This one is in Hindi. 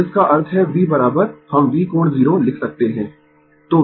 अब इसका अर्थ है V हम V कोण 0 लिख सकते है